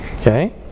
Okay